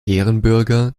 ehrenbürger